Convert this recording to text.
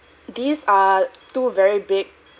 these are two very big